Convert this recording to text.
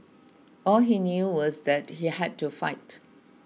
all he knew was that he had to fight